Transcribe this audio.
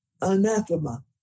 anathema